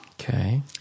Okay